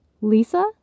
Lisa